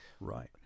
Right